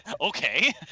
Okay